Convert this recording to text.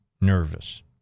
nervous